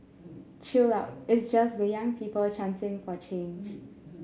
chill out it's just the young people chanting for change